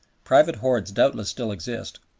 private hoards doubtless still exist,